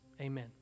Amen